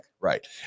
right